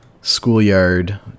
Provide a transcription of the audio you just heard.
schoolyard